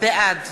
בעד